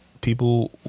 People